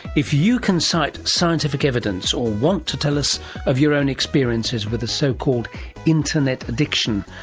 if you can cite scientific evidence or want to tell us of your own experiences with so-called internet addiction,